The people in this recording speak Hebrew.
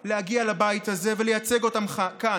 כדי להגיע לבית הזה ולייצג אותם כאן.